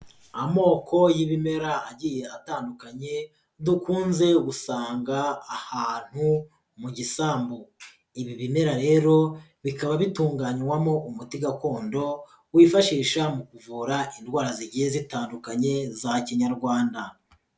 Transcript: Amoko y'ibimera agiye atandukanye dukunze gusanga ahantu mu gisambu, ibi bimera rero bikaba bitunganywamo umuti gakondo wifashisha mu kuvura indwara zigiye zitandukanye za Kinyarwanda.